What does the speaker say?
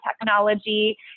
technology